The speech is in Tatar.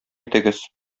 итегез